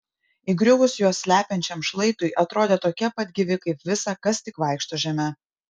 įgriuvus juos slepiančiam šlaitui atrodė tokie pat gyvi kaip visa kas tik vaikšto žeme